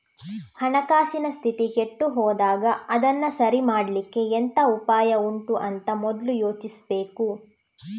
ಹಣಕಾಸಿನ ಸ್ಥಿತಿ ಕೆಟ್ಟು ಹೋದಾಗ ಅದನ್ನ ಸರಿ ಮಾಡ್ಲಿಕ್ಕೆ ಎಂತ ಉಪಾಯ ಉಂಟು ಅಂತ ಮೊದ್ಲು ಯೋಚಿಸ್ಬೇಕು